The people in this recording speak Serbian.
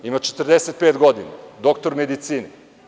Ima 45 godina, doktor medicine.